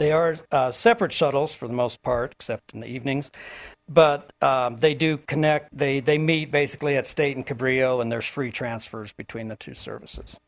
they are separate shuttles for the most part except in the evenings but they do connect they they meet basically at state and cabrillo and there's free transfers between the two services